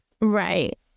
right